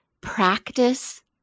practice